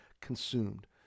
consumed